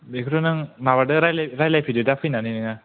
बेखौनो नों माबादो रायज्लाय रायज्लाय फैदो दा फैनानै नोङो